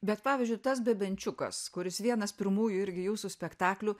bet pavyzdžiui tas bebenčiukas kuris vienas pirmųjų irgi jūsų spektaklių